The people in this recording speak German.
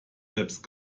selbst